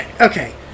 okay